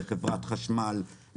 לחברת חשמל,